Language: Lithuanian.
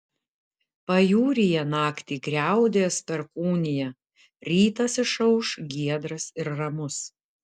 pajūryje naktį griaudės perkūnija rytas išauš giedras ir ramus